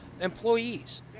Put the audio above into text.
employees